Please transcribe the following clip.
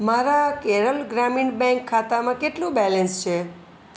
મારા કેરળ ગ્રામીણ બેંક ખાતામાં કેટલું બેલેન્સ છે